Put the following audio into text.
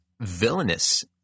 villainous